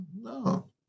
No